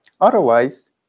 Otherwise